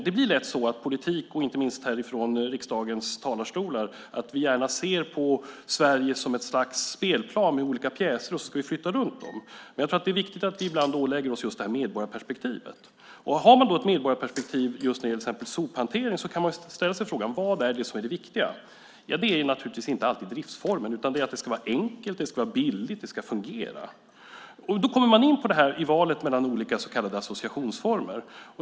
Det blir lätt så i politiken och inte minst här från riksdagens talarstolar att vi gärna ser på Sverige som ett slags spelplan med olika pjäser som vi ska flytta runt. Det är viktigt att vi ibland ålägger oss medborgarperspektivet. Har man ett medborgarperspektiv just när det gäller sophanteringen kan man ställa sig frågan: Vad är det som är det viktiga? Det är inte alltid driftsformen. Det är att det ska vara enkelt, billigt och att det ska fungera. Då kommer man in på valet mellan olika så kallade associationsformer.